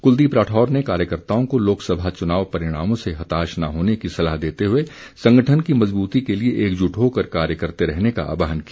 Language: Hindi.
कुलदीप राठौर ने कार्यकर्ताओं को लोकसभा चुनाव परिणामों से हताश न होने की सलाह देते हुए संगठन की मज़बूती के लिए एकजुट होकर कार्य करते रहने का आह्वान किया